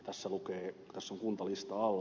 tässä on kuntalista alla